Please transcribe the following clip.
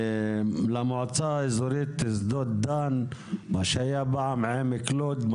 למועצה האזורית שדות דן מה שהיה פעם עמק לוד,